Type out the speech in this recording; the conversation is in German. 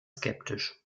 skeptisch